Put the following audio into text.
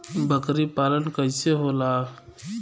बकरी पालन कैसे होला?